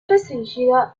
restringido